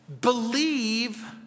believe